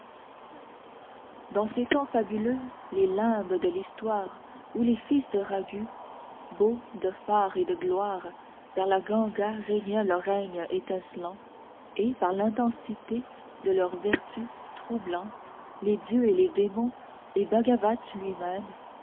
dans ces temps fabuleux les limbes de l'histoire où les fils de raghû beaux de fard et de gloire vers la ganga régnaient leur règne étincelant et par l'intensité de leur vertu troublant les dieux et les démons et bhagavat lui-même